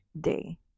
day